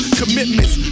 commitments